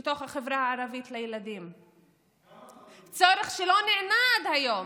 לילדים בתוך החברה הערבית, צורך שלא נענה עד היום.